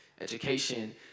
education